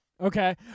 Okay